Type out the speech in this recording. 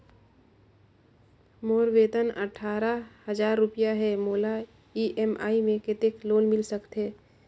मोर वेतन अट्ठारह हजार रुपिया हे मोला ई.एम.आई मे कतेक लोन मिल सकथे?